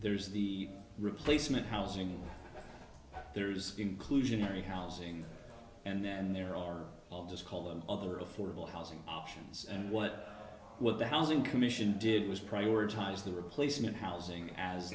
there's the replacement housing there's inclusionary housing and then there are just call them other affordable housing options and what will the housing commission did was prioritize the replacement housing as